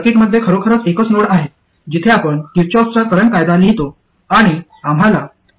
सर्किटमध्ये खरोखरच एकच नोड आहे जिथे आपण किर्चफ चा करंट कायदा लिहितो